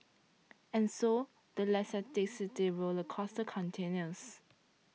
and so the Leicester City roller coaster continues